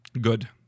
Good